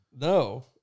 No